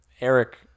Eric